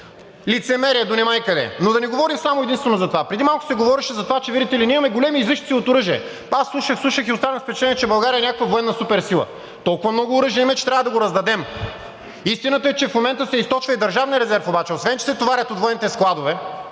Лицемерие до немай-къде. Но да не говорим единствено за това. Преди малко се говореше за това, че видите ли, ние имаме големи излишъци от оръжие. Аз слушах, слушах и останах с впечатление, че България е някаква военна суперсила – толкова много оръжие имаме, че трябва да го раздадем. Истината е, че в момента се източва и държавният резерв обаче. Освен че се товарят от военните складове,